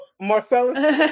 Marcellus